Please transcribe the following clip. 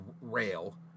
rail